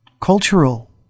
cultural